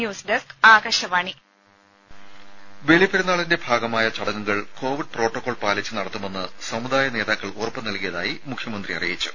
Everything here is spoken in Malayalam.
ന്യൂസ് ഡസ്ക് ആകാശവാണി രുര ബലിപെരുന്നാളിന്റെ ഭാഗമായ ചടങ്ങുകൾ കോവിഡ് പ്രോട്ടോകോൾ പാലിച്ച് നടത്തുമെന്ന് സമുദായ നേതാക്കൾ ഉറപ്പ് നൽകിയതായി മുഖ്യമന്ത്രി അറിയിച്ചു